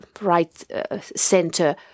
right-center